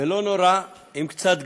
וגם, לא נורא, עם קצת גאווה.